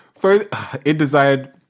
InDesign